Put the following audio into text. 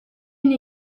une